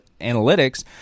analytics